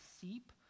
seep